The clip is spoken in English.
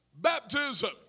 baptism